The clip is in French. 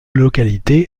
localité